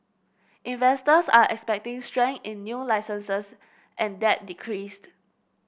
investors are expecting strength in new licences and that decreased